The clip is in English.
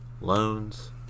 loans